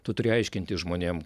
tu turi aiškinti žmonėm